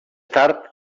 tard